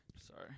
Sorry